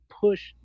push